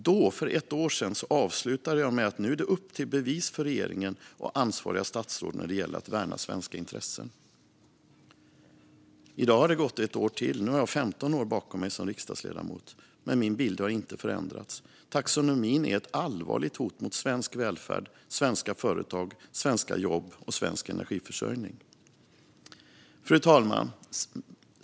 Då, för ett år sedan, avslutade jag mitt inlägg med att "nu är det upp till bevis för regeringen och ansvariga statsråd när det gäller att värna svenska intressen". I dag har det gått ytterligare ett år, och nu har jag 15 år bakom mig som riksdagsledamot. Men min bild har inte förändrats. Taxonomin är ett allvarligt hot mot svensk välfärd, svenska företag, svenska jobb och svensk energiförsörjning. Fru talman!